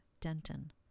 Denton